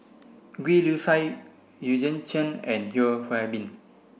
Gwee Li Sui Eugene Chen and Yeo Hwee Bin